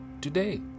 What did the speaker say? today